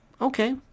okay